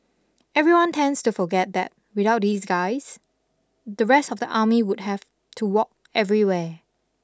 everyone tends to forget that without these guys the rest of the army would have to walk everywhere